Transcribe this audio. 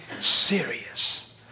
serious